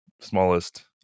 smallest